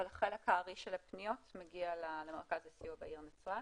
אבל החלק הארי של הפניות מגיע למרכז הסיוע בעיר נצרת.